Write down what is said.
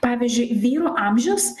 pavyzdžiui vyrų amžius